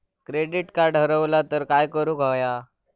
Credit card हरवला तर काय करुक होया?